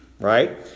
right